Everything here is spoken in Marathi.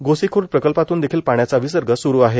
गोसिख्र्द प्रकल्पातून देखील पाण्याचा विसर्ग सुरू आहे